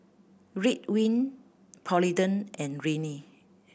Ridwind Polident and Rene